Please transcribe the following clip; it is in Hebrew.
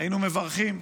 היינו מברכים,